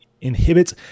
inhibits